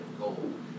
gold